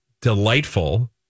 delightful